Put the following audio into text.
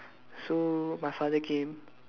so my father came